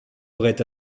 auraient